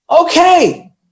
Okay